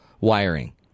wiring